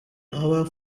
our